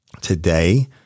Today